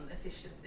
efficiency